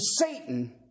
Satan